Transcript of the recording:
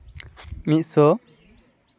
ᱢᱤᱫ ᱥᱚ